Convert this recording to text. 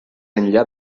enllà